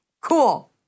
cool